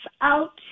out